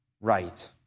right